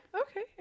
Okay